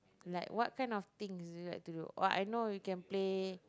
like what kind of thing is it you like to do oh I know you can play